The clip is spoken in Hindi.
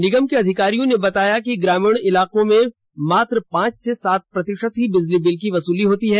निगम के अधिकारियों ने बताया कि ग्रामीण इलाकों में मात्र पांच से सात प्रतिशत ही बिजली बिल की वसूली होती है